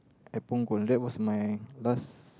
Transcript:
at Punggol that was my last